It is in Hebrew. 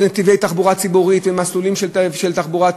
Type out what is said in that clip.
נתיבי תחבורה ציבורית ומסלולים של תחבורה,